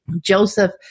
Joseph